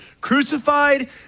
crucified